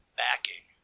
backing